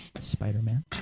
Spider-Man